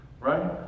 right